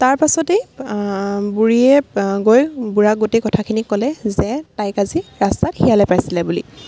তাৰপাছতেই বুঢ়ীয়ে গৈ বুঢ়াক গোটেই কথাখিনি ক'লে যে তাইক আজি ৰাস্তাত শিয়ালে পাইছিলে বুলি